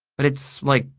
but it's, like,